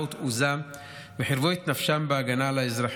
ותעוזה וחירפו את נפשם בהגנה על האזרחים,